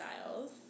Styles